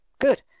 Good